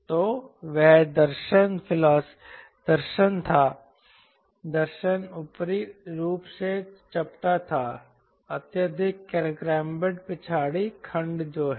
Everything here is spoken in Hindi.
तो वह दर्शन था दर्शन ऊपरी रूप से चपटा था अत्यधिक कैम्ब्र्ड पिछाड़ी खंड जो है